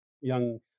young